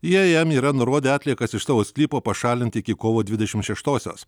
jie jam yra nurodę atliekas iš savo sklypo pašalinti iki kovo dvidešimt šeštosios